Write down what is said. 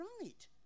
right